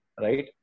right